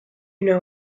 know